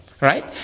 Right